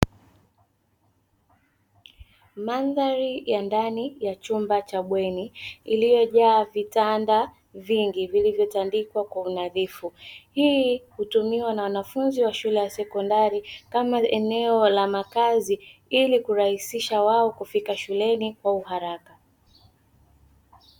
Mandhari ya ndani ya chumba cha bweni iliyojaa vitanda vingi vilivyotandikwa kwa unadhifu, hii hutumiwa na wanafunzi wa shule ya sekondari kama eneo la makazi ili kurahisha wao kufika shuleni kwa uharaka.